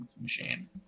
machine